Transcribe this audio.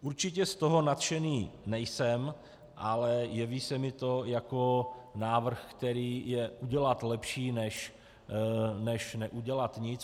Určitě z toho nadšený nejsem, ale jeví se mi to jako návrh, který je udělat lepší, než neudělat nic.